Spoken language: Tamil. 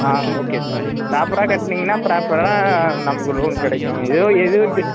ஆ ஓகே சார் ப்ராப்பராக கட்டினீங்கன்னா ப்ராப்பராக நமக்கு லோன் கிடைக்கும் எதோ